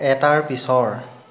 এটাৰ পিছৰ